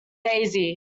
daisy